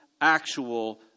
actual